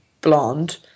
blonde